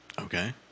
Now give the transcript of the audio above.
Okay